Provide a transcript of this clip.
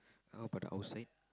how about the outside